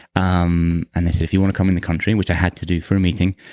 um and they said if you want to come in the country, which i had to do for a meeting,